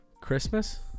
Christmas